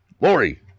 Lori